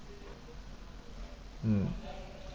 mm